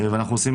מלונאי.